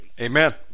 Amen